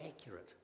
accurate